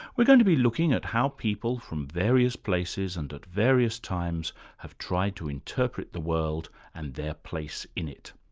we're going to be looking at how people from various places and at various times have tried to interpret the world and their place in it.